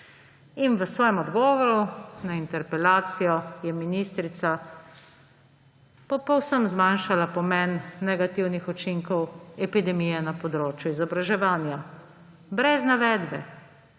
In v svojem odgovoru na interpelacijo je ministrica povsem zmanjšala pomen negativnih učinkov epidemije na področju izobraževanja brez navedbe